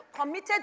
committed